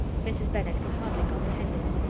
mrs. bennet could hardly comprehend it.